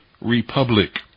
republic